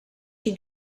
she